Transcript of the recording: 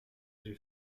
j’ai